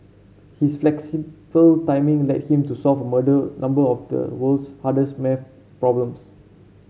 his flexible timing led him to solve murder number of the world's hardest maths problems